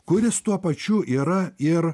kuris tuo pačiu yra ir